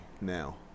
now